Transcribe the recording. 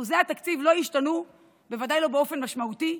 שיעורי התקציב לא השתנו, בוודאי לא באופן משמעותי.